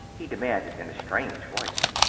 he demanded in a strange voice.